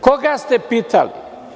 Koga ste pitali?